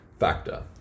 factor